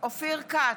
אופיר כץ,